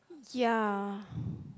ya